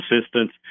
assistance